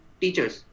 teachers